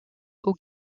aux